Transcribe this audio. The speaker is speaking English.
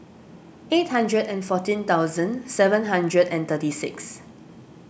eight hundred and fourteen thousand seven hundred and thirty six